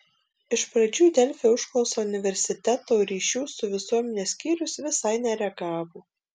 iš pradžių į delfi užklausą universiteto ryšių su visuomene skyrius visai nereagavo